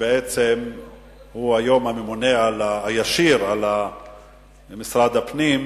שבעצם הוא היום הממונה הישיר על משרד הפנים,